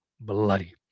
bloody